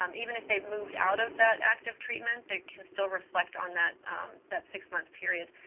um even if they've moved out of that active treatment, they can still reflect on that that six-month period.